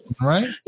right